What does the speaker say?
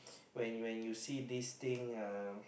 when when you see this thing uh